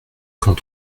quand